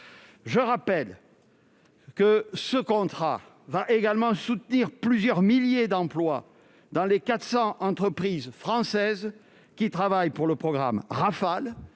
Je rappelle que ce contrat confortera plusieurs milliers d'emplois dans les 400 entreprises françaises oeuvrant pour le programme Rafale.